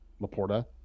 Laporta